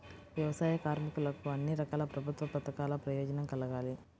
వ్యవసాయ కార్మికులకు అన్ని రకాల ప్రభుత్వ పథకాల ప్రయోజనం కలగాలి